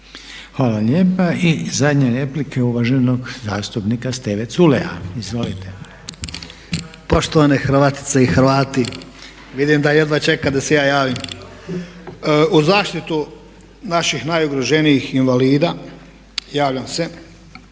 Hvala lijepa. I zadnja replika je uvaženog zastupnika Steve Culeja. Izvolite. **Culej, Stevo (HDZ)** Poštovane Hrvatice i Hrvati, vidim da jedva čeka da se ja javim. U zaštitu naših najugroženijih invalida javljam se